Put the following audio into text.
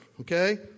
Okay